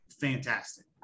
fantastic